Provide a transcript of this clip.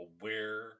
aware